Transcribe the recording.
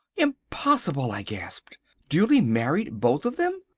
impossible! i gasped duly married, both of them?